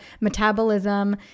metabolism